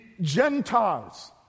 Gentiles